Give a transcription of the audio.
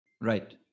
Right